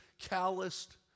calloused